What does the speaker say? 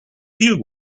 deal